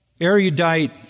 erudite